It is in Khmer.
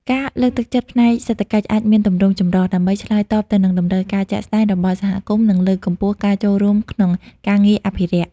ការលើកទឹកចិត្តផ្នែកសេដ្ឋកិច្ចអាចមានទម្រង់ចម្រុះ ដើម្បីឆ្លើយតបទៅនឹងតម្រូវការជាក់ស្តែងរបស់សហគមន៍ និងលើកកម្ពស់ការចូលរួមក្នុងការងារអភិរក្ស។